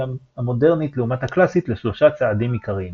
המודרנית לעומת הקלאסית לשלושה צעדים עיקריים